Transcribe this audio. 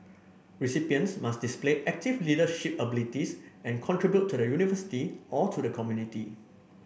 recipients must display active leadership abilities and contribute to the university or to the community